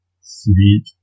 sweet